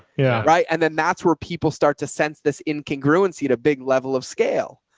yeah right? and then that's where people start to sense this in congruency at a big level of scale.